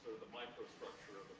the microstructure